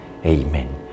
Amen